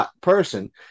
person